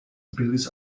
abilities